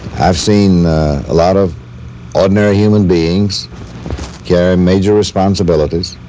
i've seen a lot of ordinary human beings carrying major responsibilities,